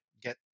get